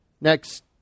Next